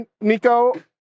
Nico